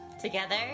together